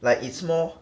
like it's more